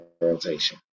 rotation